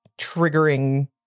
triggering